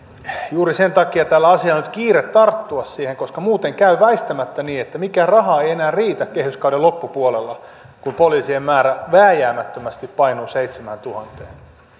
juuri sen takia tässä asiassa on nyt kiire tarttua siihen koska muuten käy väistämättä niin että mikään raha ei enää riitä kehyskauden loppupuolella kun poliisien määrä vääjäämättömästi painuu seitsemääntuhanteen